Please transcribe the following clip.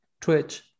twitch